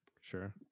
Sure